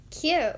cute